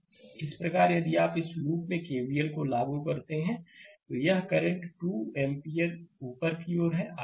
slide समय देखें 1538 इस प्रकार यदि आप इस लूप में केवीएल को लागू करते हैं तो यह करंट 2 एम्पीयर ऊपर की ओर है